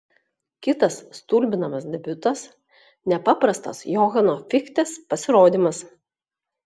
kitas stulbinamas debiutas nepaprastas johano fichtės pasirodymas